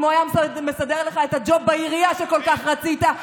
הוא היה מסדר לך את הג'וב בעירייה שכל כך רצית,